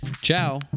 Ciao